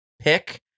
pick